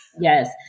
yes